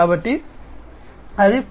కాబట్టి అది పరిశ్రమ 4